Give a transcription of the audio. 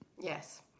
Yes